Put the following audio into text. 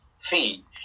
fee